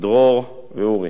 דרור ואורי.